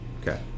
Okay